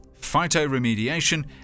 phytoremediation